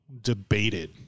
debated